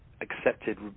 accepted